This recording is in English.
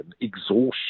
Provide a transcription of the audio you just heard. exhaustion